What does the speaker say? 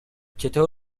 چگونه